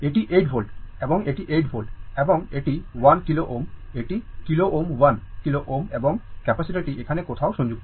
এটি 8 volt এবং এটি 8 volt এবং এটি 1 kilo Ω এটি kilo Ω 1 kilo Ω এবং ক্যাপাসিটার টি এখানে কোথাও সংযুক্ত